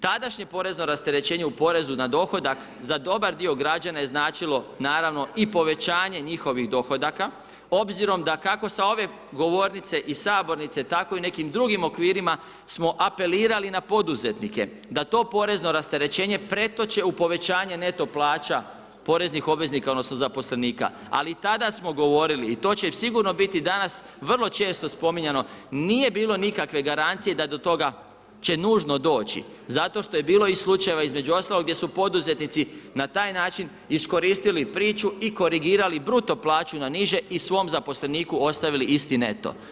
Tadašnje porezno rasterećenje u porezu na dohodak za dobar dio građana je značilo naravno i povećanje njihovih dohodaka obzirom da kako sa ove govornice i sabornice, tako i u nekim drugim okvirima smo apelirali na poduzetnike, da to porezno rasterećenje pretoče u povećanje neto plaća poreznih obveznika odnosno zaposlenika ali i tada smo govorili i to će sigurno biti danas vrlo često spominjano, nije bilo nikakve garancije da do toga će nužno doći zato što je bilo i slučajeva između ostalog gdje su poduzetnici na taj način iskoristili priču i korigirali bruto plaću na niže i svom zaposleniku ostavili, istina je to.